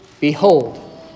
Behold